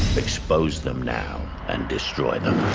expose them now and destroy them.